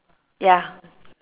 ya